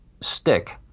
stick